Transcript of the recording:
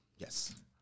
Yes